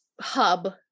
hub